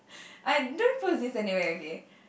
I don't post this anywhere okay